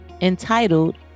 entitled